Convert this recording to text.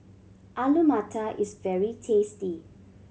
Alu Matar is very tasty